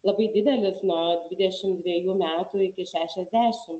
labai didelis nuo dvidešim dvejų metų iki šešiasdešim